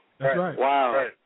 wow